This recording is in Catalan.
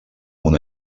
una